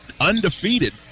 undefeated